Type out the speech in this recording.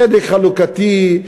צדק חלוקתי,